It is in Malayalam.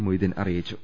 മൊയ്തീൻ അറിയിച്ചു